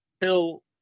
Till